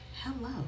hello